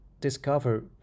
discover